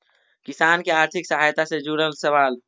किसान के आर्थिक सहायता से जुड़ल सवाल?